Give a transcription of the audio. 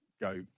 go